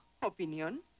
¿Opinión